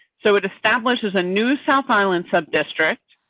so, it establishes a new south island sub district.